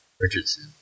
Richardson